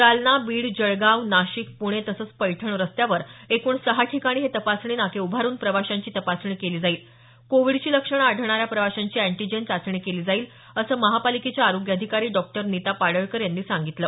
जालना बीड जळगाव नाशिक पुणे तसंच पैठण रस्त्यावर एकूण सहा ठिकाणी हे तपासणी नाके उभारून प्रवाशांची तपासणी केली जाईल कोविडची लक्षणं आढळणाऱ्या प्रवाशांची अँटिजेन चाचणी केली जाईल असं महापालिकेच्या आरोग्य अधिकारी डॉ नीता पाडळकर यांनी सांगितलं